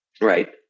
right